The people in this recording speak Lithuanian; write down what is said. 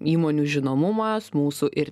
įmonių žinomumas mūsų ir